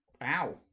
Wow